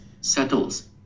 settles